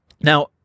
Now